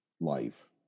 life